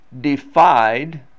defied